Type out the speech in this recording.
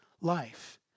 life